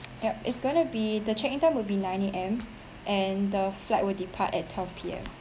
yup it's going to be the check in time will be nine A_M and the flight will depart at twelve P_M